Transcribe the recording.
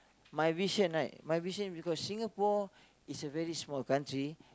my vision right my vision because Singapore is a very small country